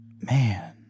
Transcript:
man